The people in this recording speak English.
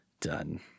Done